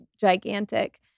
gigantic